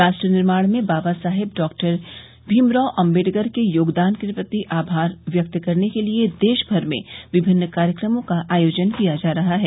राष्ट्र निर्माण में बाबा साहेब डॉक्टर आम्बेडकर के योगदान के प्रति आभार व्यक्ति करने के लिए देश भर में विभिन्न कार्यक्रमों का आयोजन किया जा रहा है